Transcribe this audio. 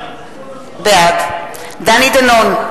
בעד דני דנון,